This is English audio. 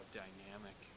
dynamic